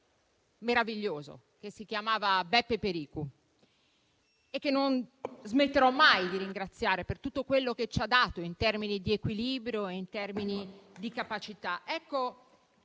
meraviglioso, che si chiamava Beppe Pericu e che non smetterò mai di ringraziare per tutto quello che ci ha dato in termini di equilibrio e di capacità.